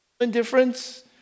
indifference